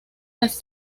las